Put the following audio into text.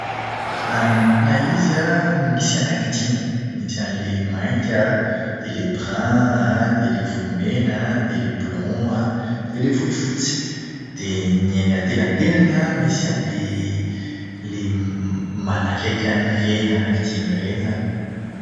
Raha ny tena izy an, misy anaky dimy. Misy an'ilay mainty an, dia ilay "brun" an, dia ilay volo mena an, dia ilay "blond" an, dia ilay volofotsy. Dia ny eny antenantenany an, misy an'ilay ilay manakaiky an'ireny anaky dimy ireny izany.